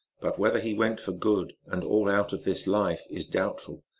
but whether he went for good and all out of this life is doubtful,